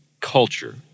culture